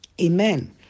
Amen